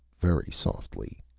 very softly.